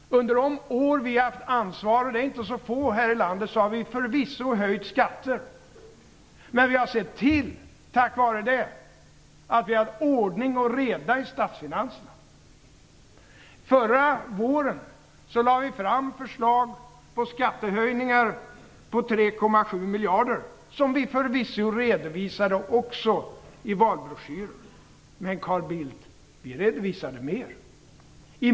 Under de år vi har haft ansvar här i landet, och det är inte så få, har vi förvisso höjt skatter. Men vi har, tack vare det, sett till att vi har ordning och reda i statsfinanserna. Förra våren lade vi fram förslag till skattehöjningar på 3,7 miljarder som vi förvisso redovisade också i valbroschyren. Men vi redovisade mer, Carl Bildt.